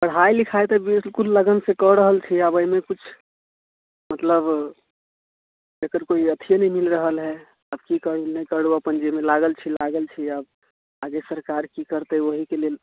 पढ़ाइ लिखाइ तऽ बिलकुल लगनसँ कऽ रहल छी आब एहिमे किछु मतलब एकर कोइ अथिए नहि मिल रहल हय आब की करू नहि करू अपन जाहिमे लागल छी लागल छी आब आगे सरकार की करतै ओहिके लेल